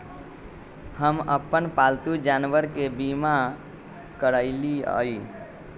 हम अप्पन पालतु जानवर के बीमा करअलिअई